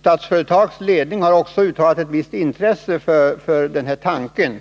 Statsföretags ledning har också uttalat ett visst intresse för tanken